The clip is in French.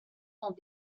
dans